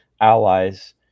allies